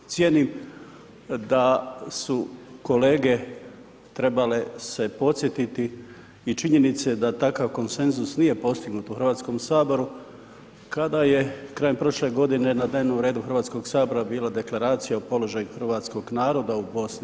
Cijenim da su kolege trebale se podsjetiti i činjenice da takav konsenzus nije postignut u HS kada je krajem prošle godine na dnevnom redu HS bila Deklaracija o položaju hrvatskog naroda u BiH-u.